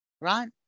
right